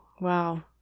Wow